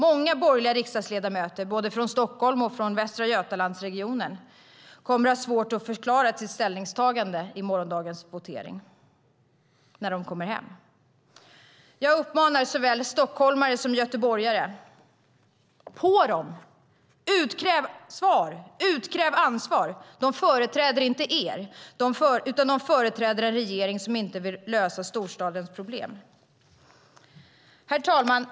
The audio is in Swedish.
Många borgerliga riksdagsledamöter både från Stockholm och från Västra Götalandsregionen kommer att ha svårt att förklara sitt ställningstagande vid morgondagens voteringen när de kommer hem. Jag uppmanar såväl stockholmare som göteborgare: På dem, utkräv svar och ansvar! De företräder inte er, utan de företräder en regering som inte vill lösa storstadens problem. Herr talman!